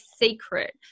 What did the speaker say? secret